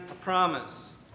promise